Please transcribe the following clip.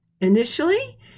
initially